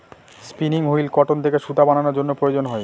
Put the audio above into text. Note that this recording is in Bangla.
স্পিনিং হুইল কটন থেকে সুতা বানানোর জন্য প্রয়োজন হয়